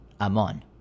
Amon